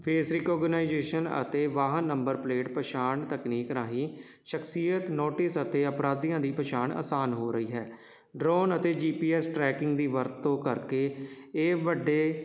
face recognisation ਅਤੇ ਵਾਹਨ number plate ਪਛਾਣ ਤਕਨੀਕ ਰਾਹੀਂ ਸ਼ਖਸੀਅਤ ਨੋਟਿਸ ਅਤੇ ਅਪਰਾਧੀਆਂ ਦੀ ਪਛਾਣ ਆਸਾਨ ਹੋ ਰਹੀ ਹੈ ਡਰੋਨ ਅਤੇ ਜੀ ਪੀ ਐਸ ਟਰੈਕਿੰਗ ਦੀ ਵਰਤੋਂ ਕਰਕੇ ਇਹ ਵੱਡੇ